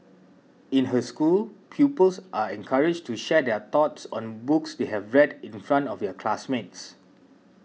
in her school pupils are encouraged to share their thoughts on books they have read in front of their classmates